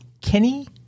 Kenny